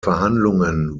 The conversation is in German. verhandlungen